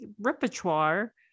repertoire